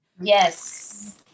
yes